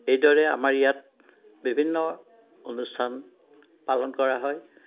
এইদৰে আমাৰ ইয়াত বিভিন্ন অনুষ্ঠান পালন কৰা হয়